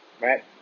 right